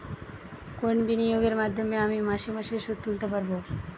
কোন বিনিয়োগের মাধ্যমে আমি মাসে মাসে সুদ তুলতে পারবো?